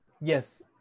yes